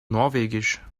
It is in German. norwegisch